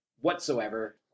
whatsoever